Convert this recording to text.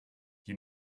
you